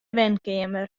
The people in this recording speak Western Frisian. wenkeamer